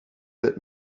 let